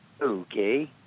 okay